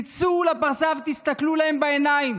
תצאו לפרסה ותסתכלו להם בעיניים